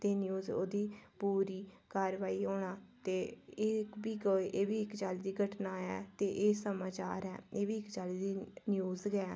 ते न्यूज़ ओह्दी पूरी कारवाई होना ते एह्बी एह्बी इक्क चाल्ली दी घटना ऐ ते एह् समाचार ऐ एह्बी इक्क चाल्ली दी न्यूज़ गै